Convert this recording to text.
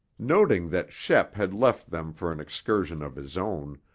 noting that shep had left them for an excursion of his own,